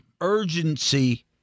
urgency